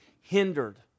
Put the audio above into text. hindered